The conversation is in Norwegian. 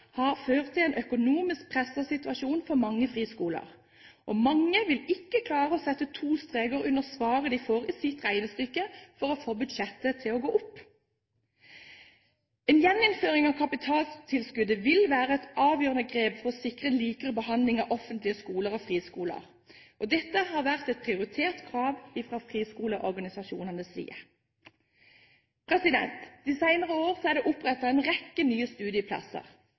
har ført til en økonomisk presset situasjon for mange friskoler, og mange vil ikke klare å sette to streker under svaret de får i sitt regnestykke, for å få budsjettet til å gå opp. En gjeninnføring av kapitaltilskuddet vil være et avgjørende grep for å sikre en likere behandling av offentlige skoler og friskoler. Dette har vært et prioritert krav fra friskoleorganisasjonenes side. De senere år er det opprettet en rekke nye studieplasser.